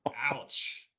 Ouch